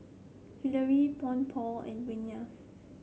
Hillary and Vennie